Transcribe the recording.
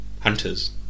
Hunter's